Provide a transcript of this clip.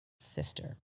sister